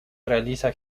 realiza